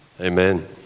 amen